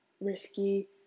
risky